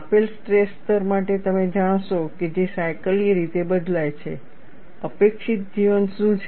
આપેલ સ્ટ્રેસ સ્તર માટે તમે જાણશો કે જે સાયકલીય રીતે બદલાય છે અપેક્ષિત જીવન શું છે